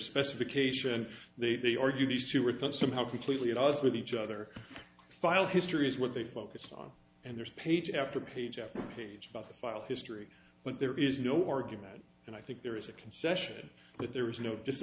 specification they they argue these two are thought somehow completely at odds with each other file history is what they focus on and there's page after page after page about the file history but there is no argument and i think there is a concession that there is no